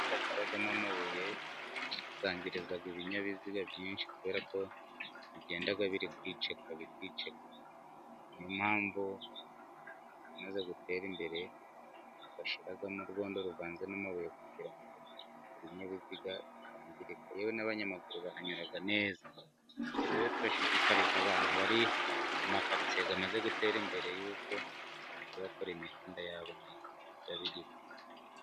Imihanda ibamo amabuye yangiriza ibinyabiziga byinshi kubera ko bigenda biri kwiceka ,bikiceka . Ni yo mpamvu abamaze gutera imbere bashyiramo urwondo ruvanze n'amabuye kugirango ibinyabiziga bitangirika. Yewe n'abanyamaguru bahanyura neza. Rero turashishikariza abantu bari mu makaritsiye amaze gutera imbere yuko bakora imihanda yabo ...